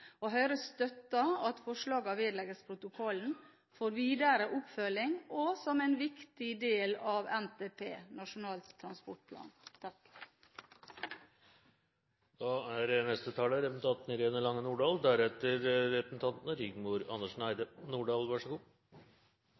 Høyre støtter at forslagene vedlegges protokollen for videre oppfølging og som en viktig del av NTP, Nasjonal transportplan. Reiselivsnæringen er